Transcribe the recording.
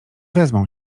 wezmą